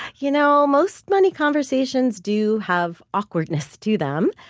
you know, most money conversations do have awkwardness to them.